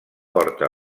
porta